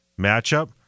matchup